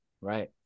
Right